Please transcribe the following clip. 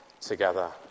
together